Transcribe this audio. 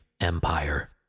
empire